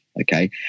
Okay